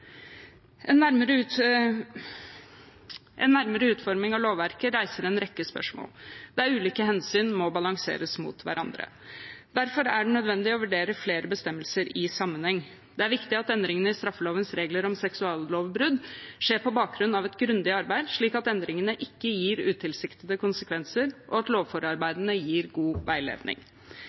En nærmere utforming av lovverket reiser en rekke spørsmål, der ulike hensyn må balanseres mot hverandre. Derfor er det nødvendig å vurdere flere bestemmelser i sammenheng. Det er viktig at endringene i straffelovens regler om seksuallovbrudd skjer på bakgrunn av et grundig arbeid, slik at endringene ikke gir utilsiktede konsekvenser, og at lovforarbeidene gir god veiledning.